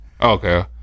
okay